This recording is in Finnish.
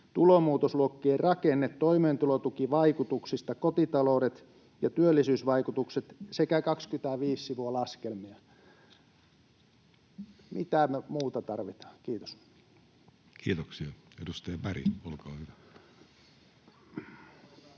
Tulonmuutosluokkien rakenne, Toimeentulotukivaikutuksista, Kotitaloudet ja työllisyysvaikutukset sekä 25 sivua laskelmia. Mitä me muuta tarvitaan? — Kiitos. Kiitoksia. — Edustaja Berg, olkaa hyvä.